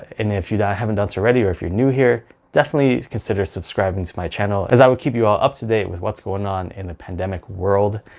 and if you haven't done so already, or if you're new here, definitely consider subscribing to my channel because i will keep you all up to date with what's going on in the pandemic world.